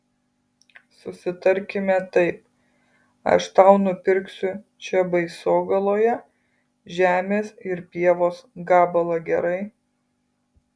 susitarkime taip aš tau nupirksiu čia baisogaloje žemės ir pievos gabalą gerai